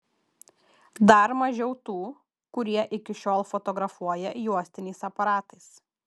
dar mažiau tų kurie iki šiol fotografuoja juostiniais aparatais